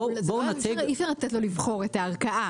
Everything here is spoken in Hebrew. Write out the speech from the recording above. אי-אפשר לתת לו לבחור את הערכאה.